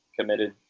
committed